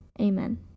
Amen